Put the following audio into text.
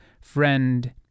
friend